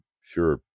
sure